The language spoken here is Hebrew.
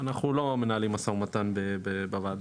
אנחנו לא מנהלים משא ומתן בוועדה,